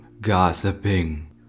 gossiping